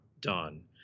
done